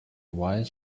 wise